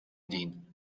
دین